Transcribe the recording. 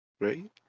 Right